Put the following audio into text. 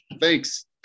Thanks